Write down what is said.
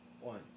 One